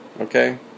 okay